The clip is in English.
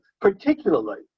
particularly